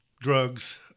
drugs